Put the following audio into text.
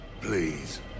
Please